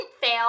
fail